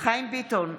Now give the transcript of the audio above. חיים ביטון,